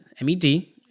M-E-D